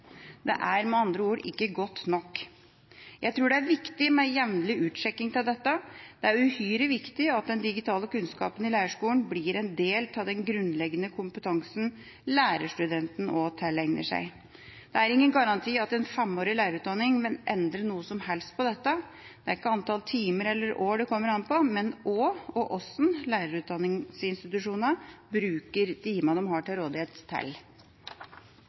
med andre ord ikke godt nok. Jeg tror det er viktig med jevnlig utsjekking av dette. Det er uhyre viktig at den digitale kunnskapen i lærerskolen blir en del av den grunnleggende kompetansen lærerstudenten også tilegner seg. Det er ingen garanti for at en femårig lærerutdanning vil endre noe som helst på dette. Det er ikke antall timer eller år det kommer an på, men hva lærerutdanningsinstitusjonene bruker de timene de har til rådighet, til,